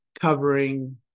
covering